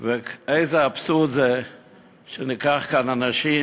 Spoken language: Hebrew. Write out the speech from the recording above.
איזה אבסורד זה שניקח כאן אנשים